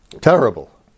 terrible